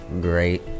great